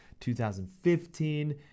2015